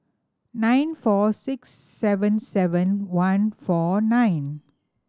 nine four six seven seven one four nine